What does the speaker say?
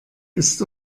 ist